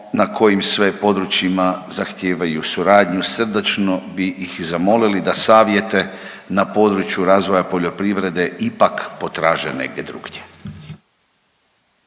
na kojim sve područjima zahtijevaju suradnju. Srdačno bi ih zamolili da savjete na području razvoja poljoprivrede ipak potraže negdje drugdje.